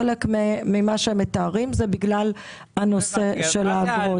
חלק ממה שהם מתארים זה בגלל הנושא של האגרות.